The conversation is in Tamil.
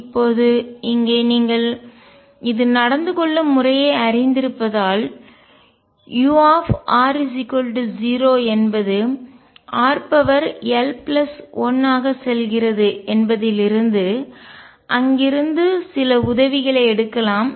இப்போது இங்கே நீங்கள் இது நடந்து கொள்ளும் முறையை அறிந்திருப்பதால் u r 0 என்பது rl1ஆக செல்கிறது என்பதிலிருந்து அங்கிருந்து சில உதவிகளை எடுக்கலாம்